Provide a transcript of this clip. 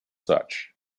such